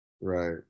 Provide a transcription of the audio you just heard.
Right